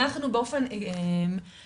אנחנו באופן אישי,